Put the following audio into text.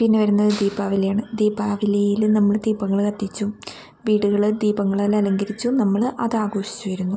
പിന്നെ വരുന്നത് ദീപാവലിയാണ് ദീപാവലിയിൽ നമ്മൾ ദീപങ്ങൾ കത്തിച്ചും വീടുകൾ ദീപങ്ങളാൽ അലങ്കരിച്ചും നമ്മൾ അത് ആഘോഷിച്ച് വരുന്നു